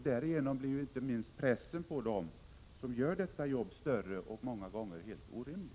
Därigenom blir inte minst pressen på dem som gör detta jobb större, många gånger helt orimlig.